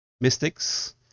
mystics